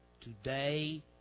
today